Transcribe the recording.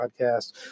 podcast